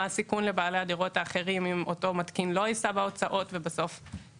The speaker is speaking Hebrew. מה הסיכון לבעלי הדירות האחרים אם אותו מתקין לא יישא בהוצאות ואם